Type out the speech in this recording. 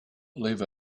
leave